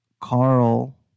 Carl